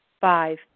Five